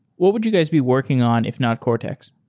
what would you guys be working on if not cortex?